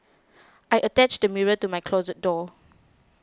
I attached a mirror to my closet door